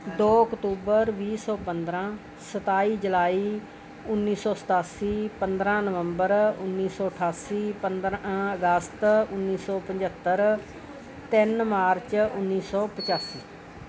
ਦੋ ਅਕਤੂਬਰ ਵੀਹ ਸੌ ਪੰਦਰਾਂ ਸਤਾਈ ਜਲਾਈ ਉੱਨੀ ਸੌ ਸਤਾਸੀ ਪੰਦਰਾਂ ਨਵੰਬਰ ਉੱਨੀ ਸੌ ਅਠਾਸੀ ਪੰਦਰਾਂ ਅਗਸਤ ਉੱਨੀ ਸੌ ਪੰਝੱਤਰ ਤਿੰਨ ਮਾਰਚ ਉੱਨੀ ਸੌ ਪਚਾਸੀ